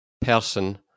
person